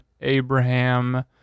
Abraham